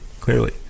clearly